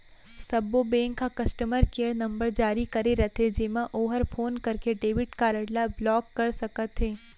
सब्बो बेंक ह customer care number जारी करे रथे जेमा ओहर फोन करके डेबिट कारड ल ब्लाक कर सकत हे